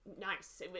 nice